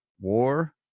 war